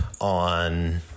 on